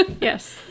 Yes